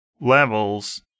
Levels